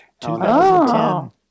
2010